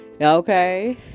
Okay